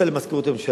מאה אחוז.